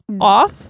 off